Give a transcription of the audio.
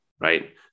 right